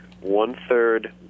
one-third